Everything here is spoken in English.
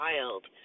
child